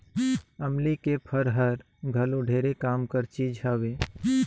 अमली के फर हर घलो ढेरे काम कर चीज हवे